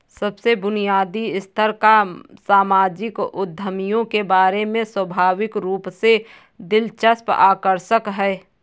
सबसे बुनियादी स्तर पर सामाजिक उद्यमियों के बारे में स्वाभाविक रूप से दिलचस्प आकर्षक है